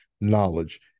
knowledge